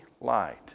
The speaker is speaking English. light